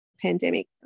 pandemic